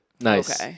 nice